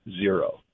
Zero